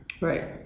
Right